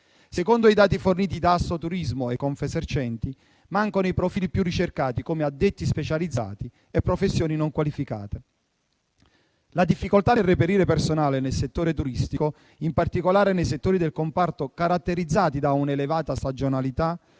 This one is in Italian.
Secondo i dati forniti da Assoturismo e Confesercenti, mancano i profili più ricercati, come addetti specializzati e professioni non qualificate. La difficoltà nel reperire personale nel settore turistico, in particolare nei settori del comparto caratterizzati da un'elevata stagionalità,